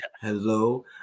hello